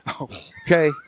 Okay